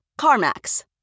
CarMax